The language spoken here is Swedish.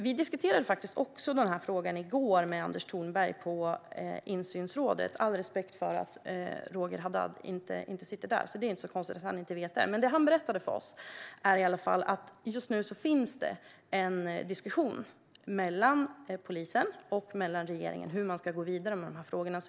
Vi diskuterade frågan i går med Anders Thornberg på mötet i insynsrådet - med all respekt för att Roger Haddad inte sitter med där. Då är det inte så konstigt att han inte vet. Det Anders Thornberg berättade för oss var att det just nu pågår en diskussion mellan polisen och regeringen om hur man ska gå vidare med dessa frågor.